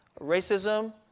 Racism